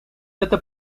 эта